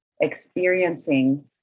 experiencing